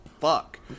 fuck